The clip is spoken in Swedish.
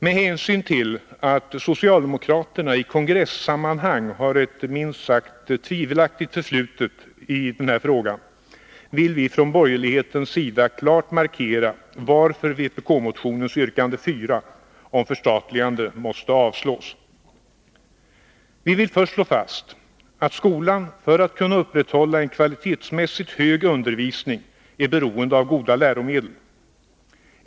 Med hänsyn till att socialdemokraterna i kongressammanhang har ett minst sagt tvivelaktigt förflutet i frågan vill vi från borgerlighetens sida klart markera varför vpk-motionens yrkande 4 om förstatligande måste avslås. Vi vill först slå fast att skolan för att kunna upprätthålla en kvalitetsmässigt hög undervisning är beroende av goda läromedel.